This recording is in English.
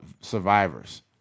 survivors